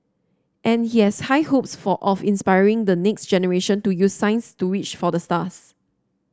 and he has high hopes of inspiring the next generation to use science to reach for the stars